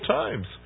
times